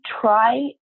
try